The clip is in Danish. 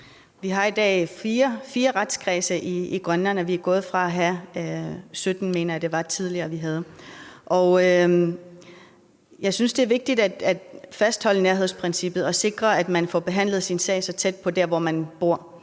Vi har i dag fire retskredse i Grønland, og vi er gået fra at have 17 – mener jeg vi havde tidligere. Og jeg synes, det er vigtigt at fastholde nærhedsprincippet og sikre, at man får behandlet sin sag så tæt som muligt på, hvor man bor.